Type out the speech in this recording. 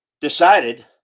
decided